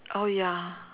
oh ya